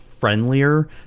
friendlier